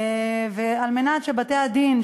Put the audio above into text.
וכדי שבתי-הדין,